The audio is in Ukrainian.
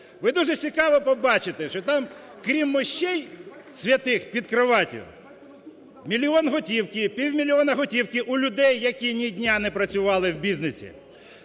Ви дуже цікаво побачите, що там крім мощей святих під кроватью, мільйон готівки, півмільйона готівки у людей, які ні дня не працювали в бізнесі.